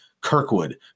Kirkwood